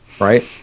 right